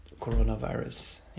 Coronavirus